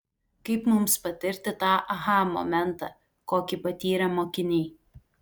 kaip mums patirti tą aha momentą kokį patyrė mokiniai